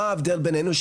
מה ההבדל בינינו?